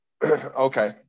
Okay